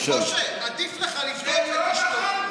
משה, עדיף לך לבדוק ולשתוק.